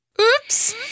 Oops